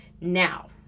Now